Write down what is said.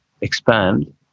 expand